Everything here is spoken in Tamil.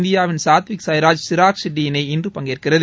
இந்தயாவின் சாத்விக் சாய்ராஜ் சிராக் ஷெட்டி இணை இன்று பங்கேற்கிறது